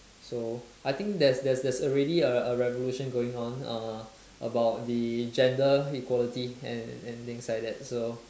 so I think there's there's there's already a a revolution going on uh about the gender equality and and things like that so